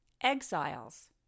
exiles